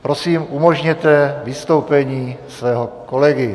Prosím, umožněte vystoupení svého kolegy.